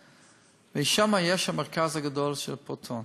שם ישנו המרכז הגדול של "פרוטון".